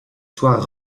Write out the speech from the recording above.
soirs